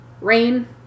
rain